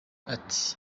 ati